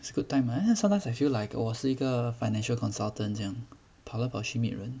it's a good time you know sometimes I feel like 我是一个 financial consultant 这样跑来跑去 meet 人